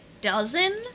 dozen